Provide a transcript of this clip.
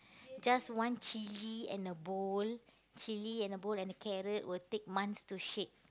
just one chilli and a bowl chilli and a bowl and a carrot will take months to shade